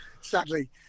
sadly